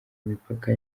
imipaka